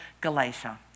Galatia